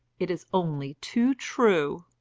it is only too true.